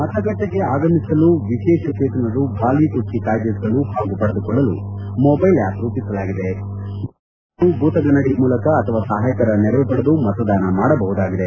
ಮತಗಟ್ಟೆಗೆ ಆಗಮಿಸಲು ವಿಶೇಷಚೇತನರು ಗಾಲಿ ಕುರ್ಚಿ ಕಾಯ್ದಿರಿಸಲು ಹಾಗೂ ಪಡೆದುಕೊಳ್ಳಲು ಮೊಬೈಲ್ ಆ್ಕಪ್ ರೂಪಿಸಲಾಗಿದೆ ದೃಷ್ಟಿ ವಿಶೇಷಚೇತನರು ಭೂತಗನ್ನಡಿ ಮೂಲಕ ಅಥವಾ ಸಹಾಯಕರ ನೆರವು ಪಡೆದು ಮತದಾನ ಮಾಡಬಹುದಾಗಿದೆ